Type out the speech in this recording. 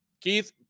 keith